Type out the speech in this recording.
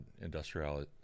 industrial